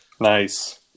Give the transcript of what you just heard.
Nice